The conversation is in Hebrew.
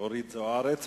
אורית זוארץ.